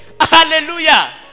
hallelujah